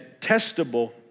testable